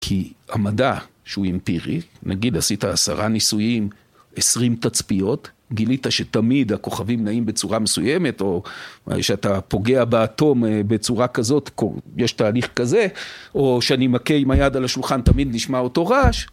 כי המדע שהוא אמפירי, נגיד עשית עשרה ניסויים, עשרים תצפיות, גילית שתמיד הכוכבים נעים בצורה מסוימת, או אולי שאתה פוגע באטום בצורה כזאת, יש תהליך כזה, או שאני מכה עם היד על השולחן, תמיד נשמע אותו רעש.